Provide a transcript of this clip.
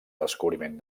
descobriment